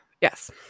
yes